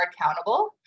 accountable